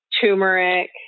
turmeric